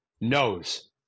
knows